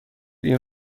این